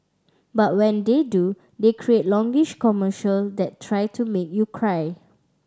but when they do they create longish commercial that try to make you cry